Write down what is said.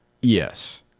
Yes